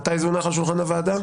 מתי זה הונח על שולחן הוועדה?